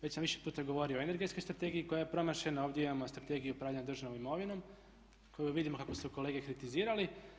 Već sam više puta govorio o Energetskoj strategiji koja je promašena a ovdje imamo Strategiju upravljanja državnom imovinom koju vidimo kako su kolege kritizirali.